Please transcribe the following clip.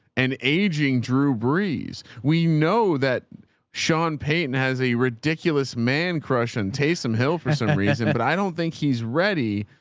an aging drew brees. we know that sean payton has a ridiculous man crush and taste some hell for some reason, but i don't think he's ready.